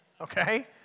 Okay